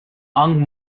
ang